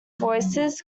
voices